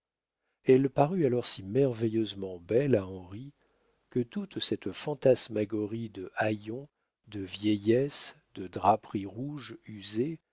elle parut alors si merveilleusement belle à henri que toute cette fantasmagorie de haillons de vieillesse de draperies rouges usées